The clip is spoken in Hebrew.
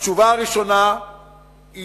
התשובה הראשונה היא